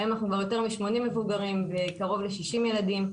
היום אנחנו כבר יותר מ-80 מבוגרים וקרוב ל-60 ילדים.